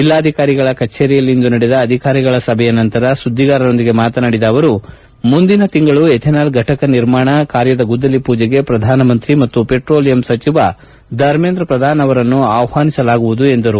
ಜಿಲ್ಲಾಧಿಕಾರಿಗಳ ಕಚೇರಿಯಲ್ಲಿಂದು ನಡೆದ ಅಧಿಕಾರಿಗಳ ಸಭೆಯ ನಂತರ ಸುದ್ಲಿಗಾರರೊಂದಿಗೆ ಮಾತನಾಡಿದ ಅವರು ಮುಂದಿನ ತಿಂಗಳು ಎಥೆನಾಲ್ ಫಟಕ ನಿರ್ಮಾಣ ಕಾರ್ಯದ ಗುದ್ದಲಿ ಪೂಜೆಗೆ ಪ್ರಧಾನ ಮಂತ್ರಿ ಮತ್ತು ಪೆಟ್ರೋಲಿಯಂ ಸಚಿವ ಧರ್ಮೇಂದ್ರ ಪ್ರಧಾನ್ ಅವರನ್ನು ಆಹ್ವಾನಿಸಲಾಗುವುದು ಎಂದರು